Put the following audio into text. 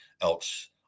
else